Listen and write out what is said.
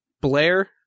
Blair